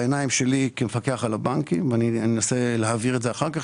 בעיניים שלי כמפקח על הבנקים ואני אנסה להבהיר את זה אחר כך